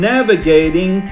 Navigating